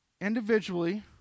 Individually